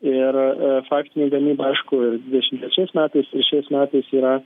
ir faktinė gamyba aišku ir dvidešim trečiais metais ir šiais metais yra